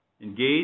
engage